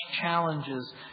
challenges